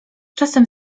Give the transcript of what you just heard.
czasem